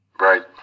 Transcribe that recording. Right